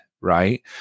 right